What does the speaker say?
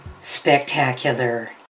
spectacular